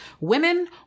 Women